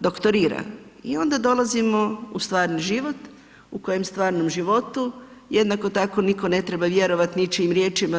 doktorira i onda dolazimo u stvarni život u kojem u stvarnom životu jednako tako nitko ne treba vjerovati ničijim riječima.